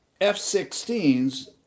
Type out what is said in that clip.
F-16s